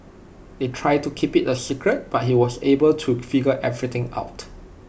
they tried to keep IT A secret but he was able to figure everything out